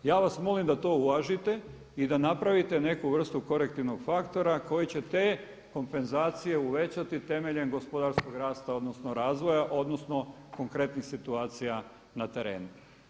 Ja vas molim da to uvažite i da napravite neku vrstu korektivnog faktora koji će te kompenzacije uvećati temeljem gospodarskog rasta odnosno razvoja odnosno konkretnih situacija na terenu.